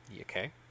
Okay